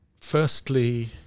firstly